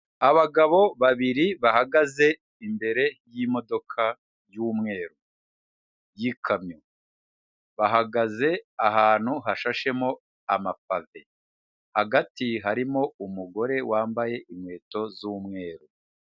Abagabo babiri bahagaze imbere y'imodoka y'umweru y'ikamyo, bahagaze ahantu hashashemo amapave, hagati harimo umugore wambaye inkweto z'umweru.